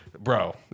Bro